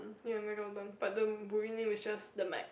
ya megalodon but the movie name is just the Meg